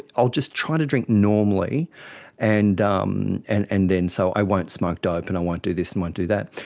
i'll just try to drink normally and um and and then so i won't smoke dope and i won't do this and won't do that.